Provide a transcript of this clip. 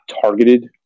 targeted